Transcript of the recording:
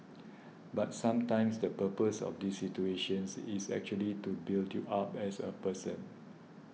but sometimes the purpose of the situations is actually to build you up as a person